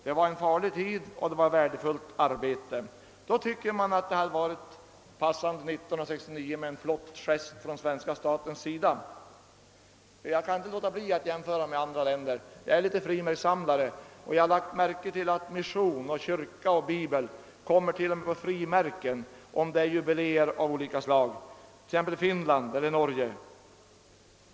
Det var en farlig tid och det var ett värdefullt arbete som då uträttades av stiftelsen. Under sådana förhållanden tycker jag att det skulle ha varit lämpligt med en flott gest från svenska statens sida 1969. Jag kan inte låta bli att jämföra med andra länder. Jag är frimärkssamlare i liten skala, och jag har lagt märke till att mission och kyrka och bibel till och med kommer med på frimärken vid jubileer av olika slag t.ex. i Finland och i Norge.